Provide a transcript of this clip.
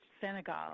Senegal